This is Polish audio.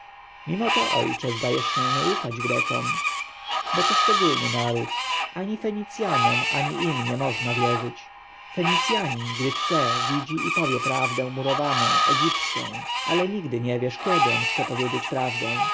mimo to ojcze zdajesz się nie ufać grekom bo to szczególny naród ani fenicjanom ani im nie można wierzyć fenicjanin gdy chce widzi i powie prawdę murowaną egipską ale nigdy nie wiesz kiedy on chce powiedzieć prawdę